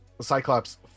Cyclops